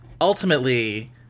ultimately